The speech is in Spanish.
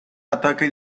ataque